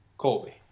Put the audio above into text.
Colby